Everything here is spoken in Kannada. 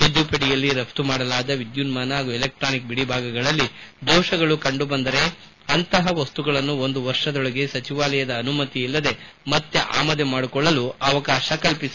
ತಿದ್ದುಪಡಿಯಲ್ಲಿ ರಘ್ತು ಮಾಡಲಾದ ವಿದ್ಲುನ್ನಾನ ಹಾಗೂ ಎಲೆಕ್ಸಾನಿಕ್ ಬಿಡಿಭಾಗಗಳಲ್ಲಿ ದೋಷಗಳು ಕಂಡು ಬಂದರೆ ಅಂತಹ ವಸ್ತುಗಳನ್ನು ಒಂದು ವರ್ಷದೊಳಗೆ ಸಚಿವಾಲಯದ ಅನುಮತಿಯಿಲ್ಲದೆ ಮತ್ತೆ ಆಮದು ಮಾಡಿಕೊಳ್ಳಲು ಅವಕಾಶ ಕಲ್ಪಿಸಲಾಗಿದೆ